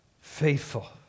faithful